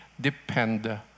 depend